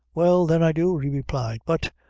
well, then, i do, he replied but!